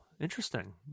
Interesting